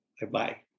Bye-bye